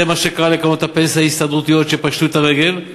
זה מה שקרה לקרנות הפנסיה ההסתדרותיות שפשטו את הרגל,